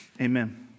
Amen